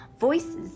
Voices